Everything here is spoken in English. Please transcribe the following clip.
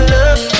love